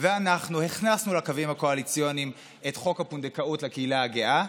ואנחנו הכנסנו לקווים הקואליציוניים את חוק הפונדקאות לקהילה הגאה,